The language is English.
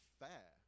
fair